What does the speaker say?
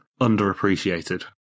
underappreciated